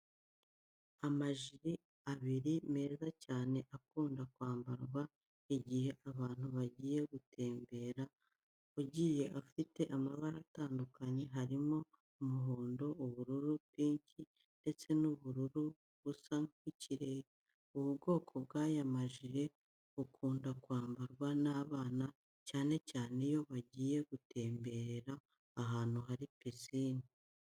Amajire abiri meza cyane akunda kwambarwa igihe abantu bagiye gutembera, agiye afite amabara atandukanye, harimo umuhondo ubururu, pinki ndetse n'ubururu busa n'ikirere. Ubu bwoko bw'aya majire bukunda kwambarwa n'abana, cyane cyane iyo bagiye gutemberera ahantu hari pisine.